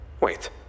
wait